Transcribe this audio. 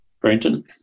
Brenton